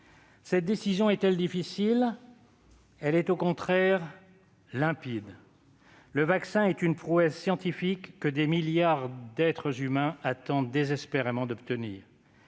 Cette décision est-elle difficile ? Elle est au contraire limpide. Le vaccin est une prouesse scientifique que des milliards d'êtres humains attendent désespérément.